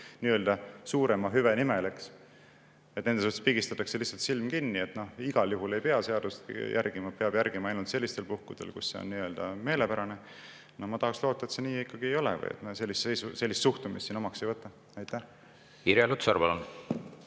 nii-öelda suurema hüve nimel ja nende suhtes pigistatakse lihtsalt silm kinni. Et igal juhul ei pea seadust järgima, peab järgima ainult sellistel puhkudel, kui see on meelepärane. Ma tahaksin loota, et see nii ikkagi ei ole või sellist suhtumist siin omaks ei võeta. Suur